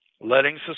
letting